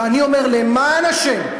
ואני אומר: למען השם,